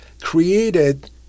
created